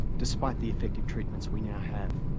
despite the effective treatments we now have.